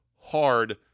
hard